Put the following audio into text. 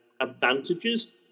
advantages